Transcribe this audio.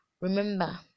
Remember